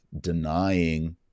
denying